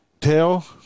Tell